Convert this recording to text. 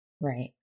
Right